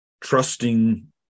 trusting